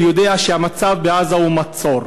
יודע שהמצב בעזה הוא מצור.